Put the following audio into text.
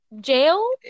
Jail